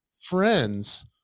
friends